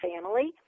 family